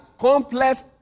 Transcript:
complex